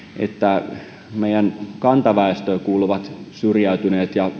että meidän kantaväestöömme kuuluville syrjäytyneille ja